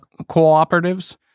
cooperatives